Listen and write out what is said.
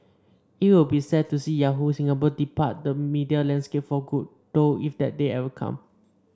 it will be sad to see Yahoo Singapore depart the media landscape for good though if that day ever come